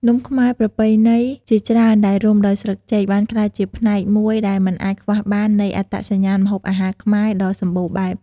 នំខ្មែរប្រពៃណីជាច្រើនដែលរុំដោយស្លឹកចេក បានក្លាយជាផ្នែកមួយដែលមិនអាចខ្វះបាននៃ អត្តសញ្ញាណម្ហូបអាហារខ្មែរ ដ៏សម្បូរបែប។